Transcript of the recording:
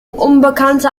unbekannte